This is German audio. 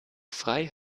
frei